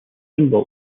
symbol